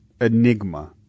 Enigma